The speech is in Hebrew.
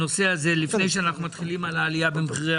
לפני שאנחנו מדברים על העלייה במחירי